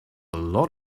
lot